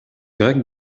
grec